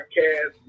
Podcast